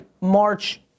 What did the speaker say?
March